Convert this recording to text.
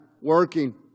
working